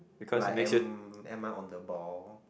like am am I on the ball